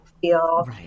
feel